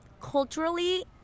culturally